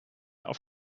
auf